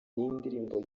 indirimbo